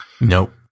Nope